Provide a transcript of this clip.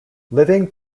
living